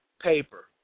Paper